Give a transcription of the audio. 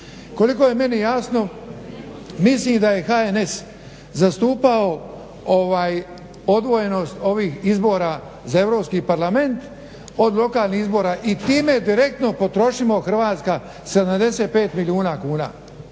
Koliko je meni jasno mislim da je HNS zastupao odvojenost ovih izbora za EU parlament od lokalnih izbora i time direktno potrošimo Hrvatska 75 milijuna kuna.